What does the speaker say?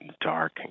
dark